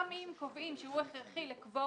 גם אם קובעים שהוא הכרחי לקוורום,